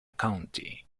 county